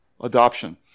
adoption